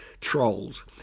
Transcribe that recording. trolls